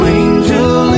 angel